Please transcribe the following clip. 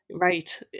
Right